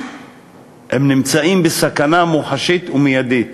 הם נמצאים בסכנה מוחשית ומיידית.